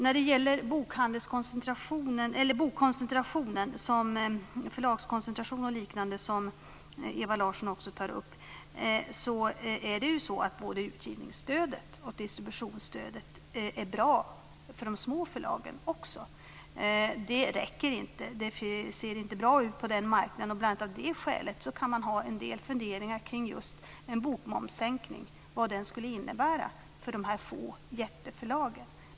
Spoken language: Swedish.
När det gäller förlagskoncentration och liknande, som Ewa Larsson också tog upp, är både utgivningsstödet och distributionsstödet är bra för de små förlagen också. Det räcker inte. Det ser inte bra ut på den marknaden. Av bl.a. det skälet kan man ha en del funderingar kring just vad en sänkning av bokmomsen skulle innebära för dessa få jätteförlagen.